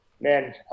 man